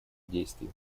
действий